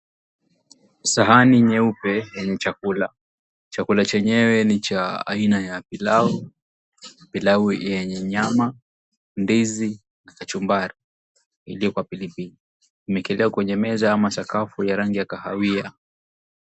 Sahani nyeupe yenye chakula chakula chenyewe ni cha aina ya pilau pilau yenye nyama ndizi kachumbari iliokwa pilipili au sakafu yenye rangi ya kahawia